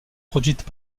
produites